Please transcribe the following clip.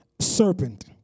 Serpent